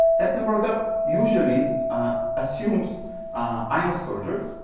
that temporal gap usually assumes i'm a soldier.